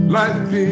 life